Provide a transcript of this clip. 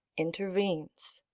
intervenes.